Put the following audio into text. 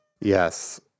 Yes